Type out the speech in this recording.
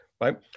right